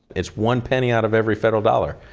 it's one penny out of every federal dollar.